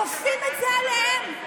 כופים את זה עליהם?